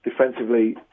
defensively